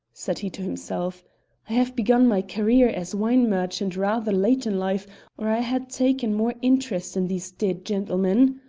said he to himself have begun my career as wine merchant rather late in life or i had taken more interest in these dead gentlemen.